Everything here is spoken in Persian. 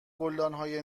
گلدانهای